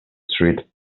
street